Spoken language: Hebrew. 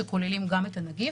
שכוללים גם את הנגיף,